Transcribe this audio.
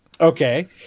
Okay